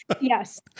Yes